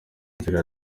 nzira